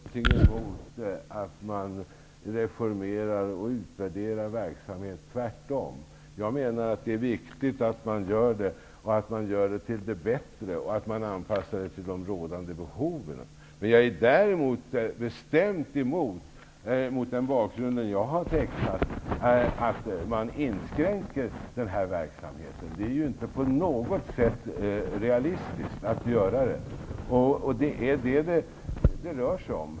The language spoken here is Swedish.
Herr talman! Jag har inte alls någonting emot att man reformerar och utvärderar verksamheten. Tvärtom. Jag menar att det är viktigt att man gör det, att man förändrar till det bättre och att man anpassar verksamheten till de rådande behoven. Däremot är jag, mot den bakgrund jag har tecknat, bestämt emot att man inskränker verksamheten. Det är inte på något sätt realistiskt att göra detta. Det är vad det hela rör sig om.